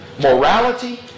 Morality